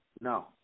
no